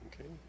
Okay